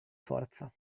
forza